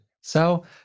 So-